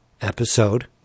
episode